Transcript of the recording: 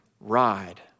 ride